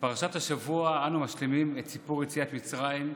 בפרשת השבוע אנו משלימים את סיפור יציאת מצרים.